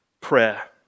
prayer